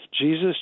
Jesus